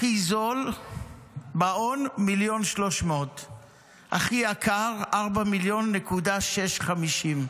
הכי זול ב-1.3 מיליון והכי יקר ב-4.65 מיליון.